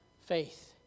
faith